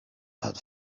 had